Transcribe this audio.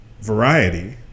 variety